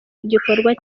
gikorwa